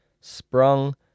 sprung